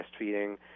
breastfeeding